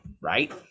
right